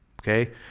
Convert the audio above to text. Okay